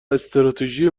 استراتژی